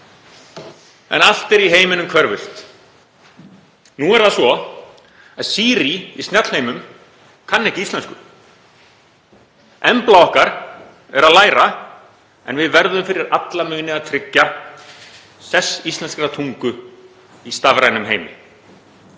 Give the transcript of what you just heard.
En allt er í heiminum hverfult. Nú er það svo að Siri í snjallheimum kann ekki íslensku. Embla okkar er að læra en við verðum fyrir alla muni að tryggja sess íslenskrar tungu í stafrænum heimi.